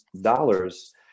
dollars